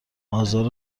آزار